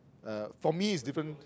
uh for me is different